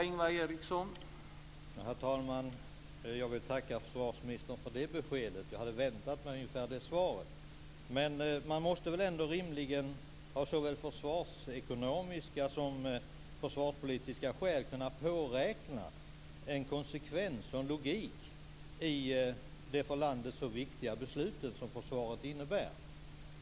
Herr talman! Jag vill tacka försvarsministern för det beskedet - jag hade väntat mig ungefär det svaret. Men man måste väl ändå rimligen av såväl försvarsekonomiska som försvarspolitiska skäl kunna påräkna en konsekvens och en logik i det för landet så viktiga beslut som detta med försvaret innebär.